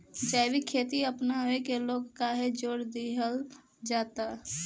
जैविक खेती अपनावे के लोग काहे जोड़ दिहल जाता?